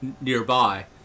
nearby